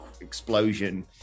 explosion